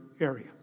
area